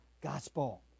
gospel